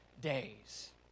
days